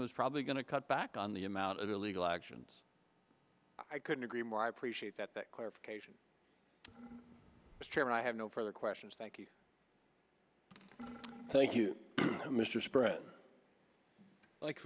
it was probably going to cut back on the amount of illegal actions i couldn't agree more i appreciate that clarification as chairman i have no further questions thank you thank you mr spread like